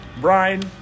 brian